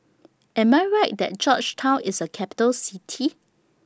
Am I Right that Georgetown IS A Capital City